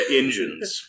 engines